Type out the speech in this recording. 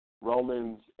Romans